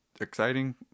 exciting